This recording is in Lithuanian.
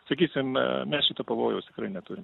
sakysime mes šito pavojaus tikrai neturim